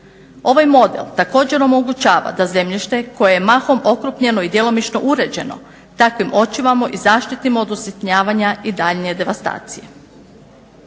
Ovaj model također omogućava da zemljište koje je mahom okrupnjeno i djelomično uređeno takvim očuvamo i zaštitimo od usitnjavanja i daljnje devastacije.